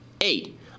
Eight